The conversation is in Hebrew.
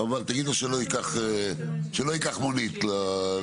חבל, אז תגיד לו שלא ייקח מונית לחפש.